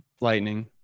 lightning